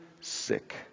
sick